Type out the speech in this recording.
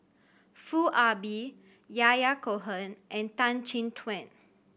Foo Ah Bee Yahya Cohen and Tan Chin Tuan